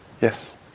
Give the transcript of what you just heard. Yes